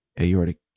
aortic